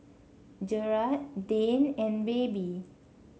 Jerad Dane and Baby